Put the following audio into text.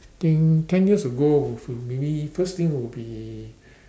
think ten years ago maybe first thing will be